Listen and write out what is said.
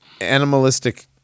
animalistic